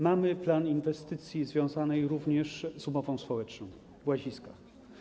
Mamy plan inwestycji związanej również z umową społeczną w Łaziskach.